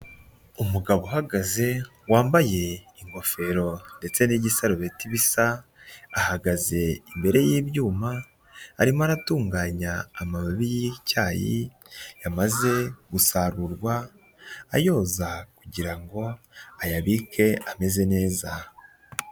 Umugabo uhagaze wambaye ingofero ndetse n'igisarubeti bisa, ahagaze imbere y'ibyuma arimo aratunganya amababi y'icyayi, yamaze gusarurwa, ayoza kugira ngo ayabike ameze neza.